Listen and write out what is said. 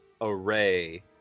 array